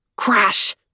Crash